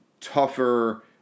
tougher